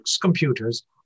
computers